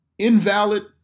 invalid